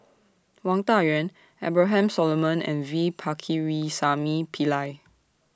Wang Dayuan Abraham Solomon and V Pakirisamy Pillai